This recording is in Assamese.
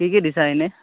কি কি দিছা এনেই